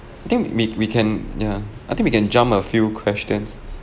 I think we we can ya I think we can jump a few questions